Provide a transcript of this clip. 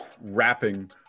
wrapping